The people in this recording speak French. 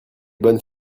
bonnes